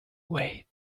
wait